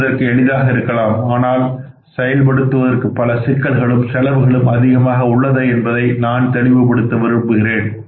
புரிவதற்கு எளிதாக இருக்கலாம் ஆனால் செயல்படுத்துவதற்கு பல சிக்கல்களும் செலவுகளும் அதிகமாக உள்ளது என்பதை நான் தெளிவுபடுத்த விரும்புகிறேன்